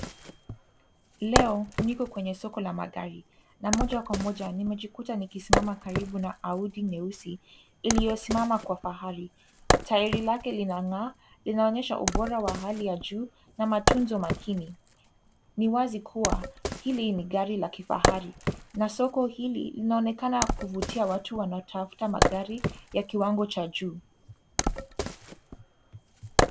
Leo niko kwenye soko ya magari na moja kwa moja nimejikuta nikisimama karibu na Audi nyeusi iliyosimama kwa fahari. Tairi lake linang'aa, inaonyesha ubora wa hali ya juu na matunzo makini. Ni wazo kuwa hili ni gari la kifahari na soko hili linaonekana kuvutia watu wanaotafuta magari ya kiwango cha juu.